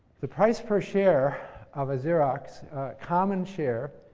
the price per share of a xerox common share